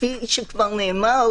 כפי שנאמר,